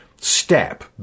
step